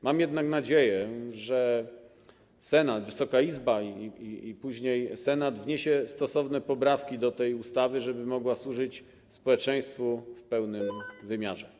Mam jednak nadzieję, że Wysoka Izba i później Senat wniosą stosowne poprawki do tej ustawy, żeby mogła służyć społeczeństwu w pełnym wymiarze.